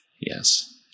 yes